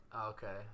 Okay